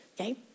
okay